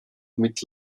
mit